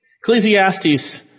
Ecclesiastes